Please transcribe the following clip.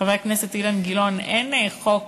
חבר הכנסת אילן גילאון: אין חוק